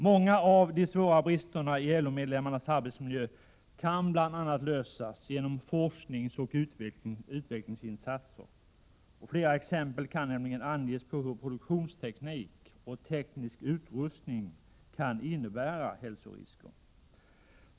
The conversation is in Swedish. Många av de svåra bristerna i LO-medlemmarnas arbetsmiljö kan bl.a. lösas genom forskningsoch utvecklingsinsatser. Flera exempel kan nämligen anges på hur produktionsteknik och teknisk utrustning kan innebära hälsorisker.